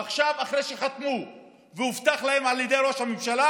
עכשיו, אחרי שחתמו והובטח להם על ידי ראש הממשלה,